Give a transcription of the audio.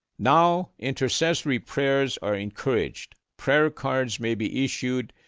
now, intercessory prayers are encouraged, prayer cards may be issued,